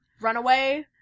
Runaway